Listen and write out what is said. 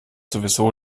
sowieso